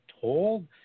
told